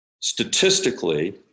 Statistically